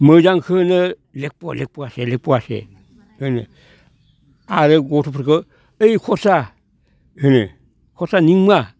मोजांखौ होनो लेगफ' लेगफ' लेगफ' आसे होनो आरो गथ'फोरखौ ओइ खरसा होनो खरसा नुं मा